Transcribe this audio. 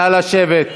נא לשבת.